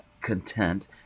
content